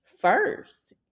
first